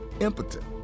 impotent